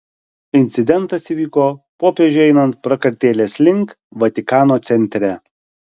incidentas įvyko popiežiui einant prakartėlės link vatikano centre